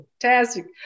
fantastic